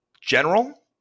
general